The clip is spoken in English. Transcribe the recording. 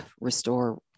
restore